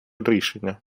рішення